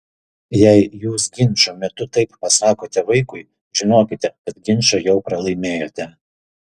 jei jūs ginčo metu taip pasakote vaikui žinokite kad ginčą jau pralaimėjote